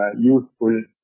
useful